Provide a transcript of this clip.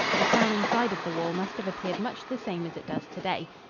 the town inside of the wall must have appeared much the same as it does today.